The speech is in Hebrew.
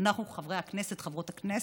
אנחנו, חברות וחברי הכנסת,